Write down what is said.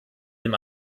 dem